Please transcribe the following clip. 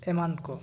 ᱮᱢᱟᱱ ᱠᱚ